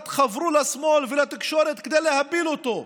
חברו לשמאל ולתקשורת כדי להפיל אותו.